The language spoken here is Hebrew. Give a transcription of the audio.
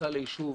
בכניסה לישוב,